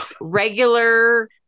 regular